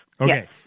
Okay